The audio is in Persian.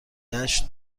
دشت